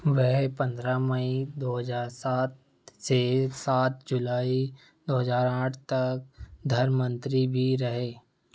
वह पंद्रह मई दो हज़ार सात से सात जुलाई दो हज़ार आठ तक धर्म मंत्री भी रहे